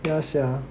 ya sia